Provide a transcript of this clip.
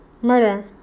Murder